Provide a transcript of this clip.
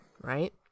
right